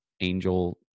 angel